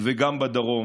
וגם בדרום.